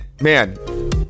man